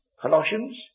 Colossians